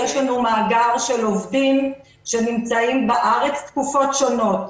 יש לנו מאגר של עובדים שנמצאים בארץ תקופות שונות.